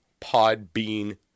Podbean